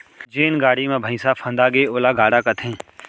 जेन गाड़ी म भइंसा फंदागे ओला गाड़ा कथें